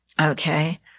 okay